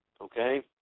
okay